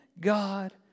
God